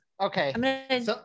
okay